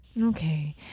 Okay